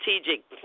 strategic